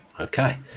okay